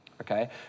okay